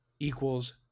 equals